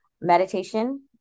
meditation